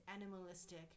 animalistic